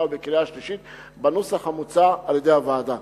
ובקריאה השלישית בנוסח המוצע על-ידי הוועדה.